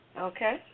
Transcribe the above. Okay